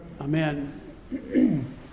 Amen